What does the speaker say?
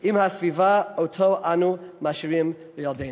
עם הסביבה שאנחנו משאירים לילדינו,